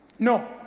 No